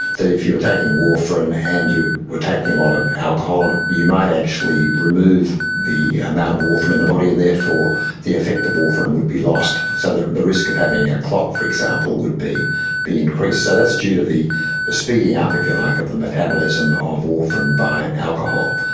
if you were taking warfarin and you were taking a lot of alcohol, you might actually remove the amount of warfarin in the body and therefore the effect of warfarin would be lost. so the the risk of having a clot, for example, would be be increased. so that's due to the the speeding up, if you like, of the metabolism of warfarin by alcohol.